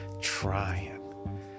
trying